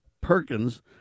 Perkins